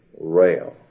rail